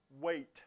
wait